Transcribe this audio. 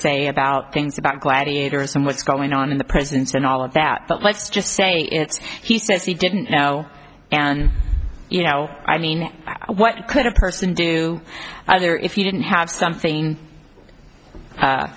say about things about gladiators and what's going on in the present and all of that but let's just say he says he didn't know and you know i mean what could a person do either if you didn't have something